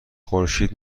خورشید